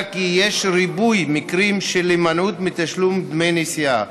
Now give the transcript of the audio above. כי יש ריבוי מקרים של הימנעות מתשלום דמי נסיעה.